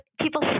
people